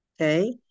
okay